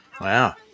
Wow